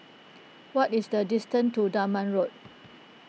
what is the distance to Dunman Road